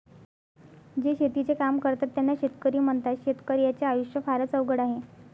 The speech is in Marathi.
जे शेतीचे काम करतात त्यांना शेतकरी म्हणतात, शेतकर्याच्या आयुष्य फारच अवघड आहे